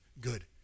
Good